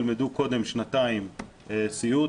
ילמדו קודם שנתיים סיעוד,